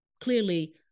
clearly